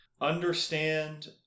understand